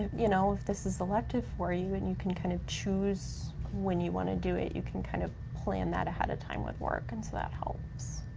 you know, if this is elective for you, and you can kind of choose when you wanna do it, you can kind of plan that ahead of time with work, and so that helps.